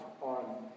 on